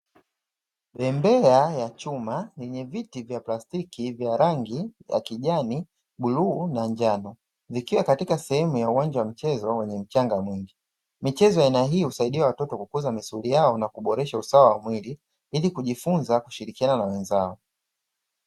Bembea ya chuma yenye viti vya plastiki vyenye rangi ya kijani, buluu na njano. Ikiwa katika sehemu ya michezo yenye mchanga mwingi. Michezo ya aina hii husaidia watoto kukuza misuli yao na kuboresha usawa wa mwili ili kujifunza kushirikiana na wenzao.